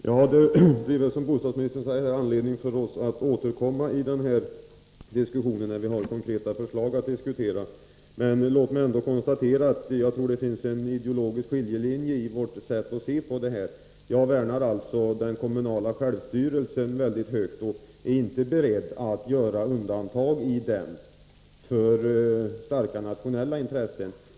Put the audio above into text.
Herr talman! Det blir väl, som bostadsministern säger, anledning för oss att återkomma till den här diskussionen när det finns konkreta förslag att diskutera. Låt mig ändå konstatera att det finns en ideologisk skiljelinje i vårt sätt att se på den här frågan. Jag värnar mycket starkt den kommunala självstyrelsen och är inte beredd att göra undantag i den för starka nationella intressen.